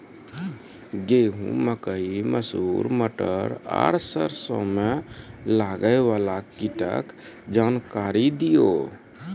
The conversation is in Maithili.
गेहूँ, मकई, मसूर, मटर आर सरसों मे लागै वाला कीटक जानकरी दियो?